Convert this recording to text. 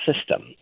system